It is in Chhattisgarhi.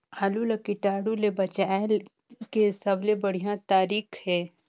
आलू ला कीटाणु ले बचाय के सबले बढ़िया तारीक हे?